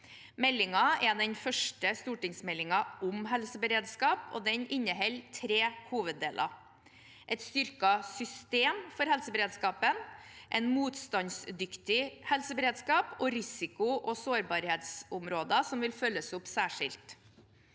Meldingen er den første stortingsmeldingen om helseberedskap, og den inneholder tre hoveddeler: et styrket system for helseberedskapen, en motstandsdyktig helseberedskap og risiko- og sårbarhetsområder som vil følges opp særskilt.